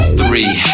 three